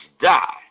die